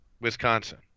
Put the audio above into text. Wisconsin